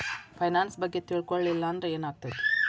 Finance ಬಗ್ಗೆ ತಿಳ್ಕೊಳಿಲ್ಲಂದ್ರ ಏನಾಗ್ತೆತಿ?